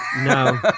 No